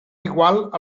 igual